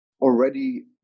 already